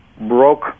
broke